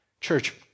Church